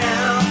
Now